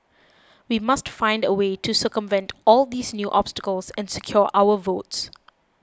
we must find a way to circumvent all these new obstacles and secure our votes